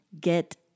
get